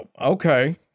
okay